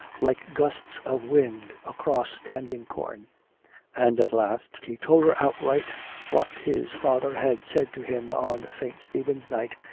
like gusts of wind across standing corn and at last he told her outright what his father had said to him on st. stephen's night,